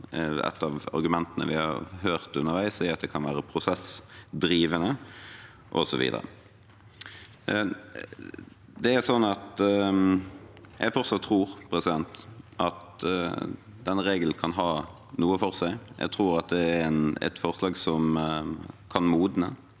Et av argumentene vi har hørt underveis, er at det kan være prosessdrivende, og så videre. Jeg tror at denne regelen fortsatt kan ha noe for seg. Jeg tror at dette er et forslag som kan modnes,